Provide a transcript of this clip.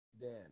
Dan